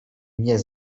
mnie